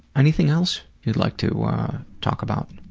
anything else you'd like to talk about?